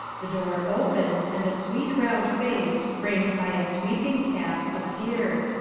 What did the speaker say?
the door opened and a sweet round face, framed by a sweeping cap, appeared.